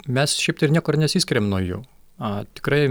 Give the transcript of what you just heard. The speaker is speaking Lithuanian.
mes šiaip tai ir niekur nesiskiriam nuo jų a tikrai